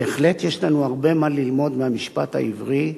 בהחלט יש לנו הרבה מה ללמוד מהמשפט העברי,